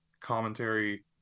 commentary